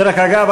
דרך אגב,